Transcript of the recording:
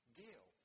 guilt